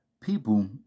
people